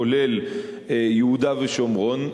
כולל יהודה ושומרון.